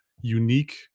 unique